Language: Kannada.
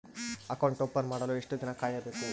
ಅಕೌಂಟ್ ಓಪನ್ ಮಾಡಲು ಎಷ್ಟು ದಿನ ಕಾಯಬೇಕು?